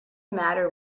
matter